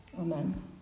Amen